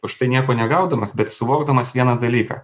už tai nieko negaudamas bet suvokdamas vieną dalyką